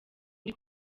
uri